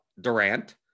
Durant